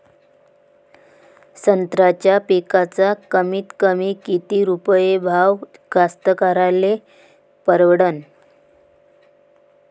संत्र्याचा पिकाचा कमीतकमी किती रुपये भाव कास्तकाराइले परवडन?